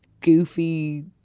goofy